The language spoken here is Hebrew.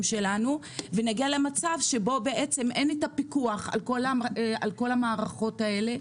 שלנו ונגיע למצב שבו בעצם אין פיקוח על כל המערכות האלה.